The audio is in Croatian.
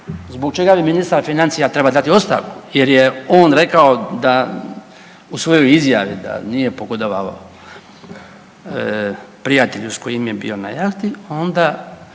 zbog čega bi ministar financija trebao dati ostavku jer je on rekao u svojoj izjavi da nije pogodovao prijatelju s kojim je bio na jahti onda